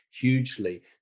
hugely